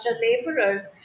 laborers